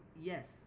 Yes